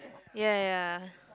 ya ya